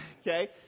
Okay